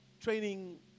training